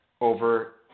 over